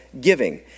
giving